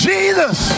Jesus